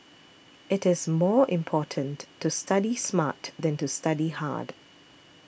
it is more important to study smart than to study hard